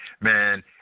man